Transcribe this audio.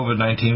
COVID-19